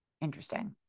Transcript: Interesting